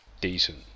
Decent